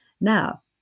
Now